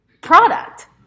product